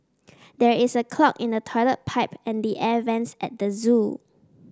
there is a clog in the toilet pipe and the air vents at the zoo